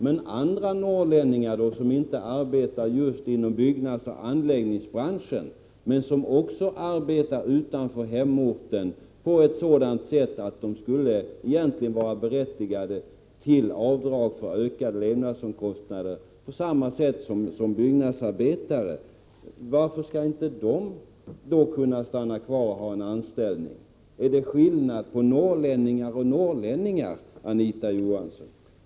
Men andra norrlänningar då, sådana som inte arbetar just inom byggnadsoch anläggningsbranschen, men som också arbetar utanför hemorten och som egentigen borde vara berättigade till avdrag för ökade levnadskostnader på samma sätt som byggnadsarbetare, varför skall inte de kunna få behålla sina anställningar? Är det skillnad på norrlänningar och norrlänningar, Anita Johansson?